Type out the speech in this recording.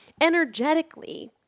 Energetically